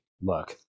look